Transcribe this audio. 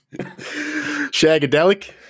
Shagadelic